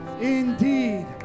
Indeed